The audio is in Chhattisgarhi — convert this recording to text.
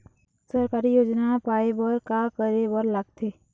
सरकारी योजना पाए बर का करे बर लागथे?